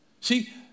See